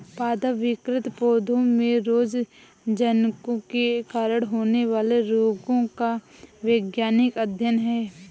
पादप विकृति पौधों में रोगजनकों के कारण होने वाले रोगों का वैज्ञानिक अध्ययन है